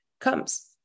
comes